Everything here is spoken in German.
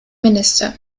minister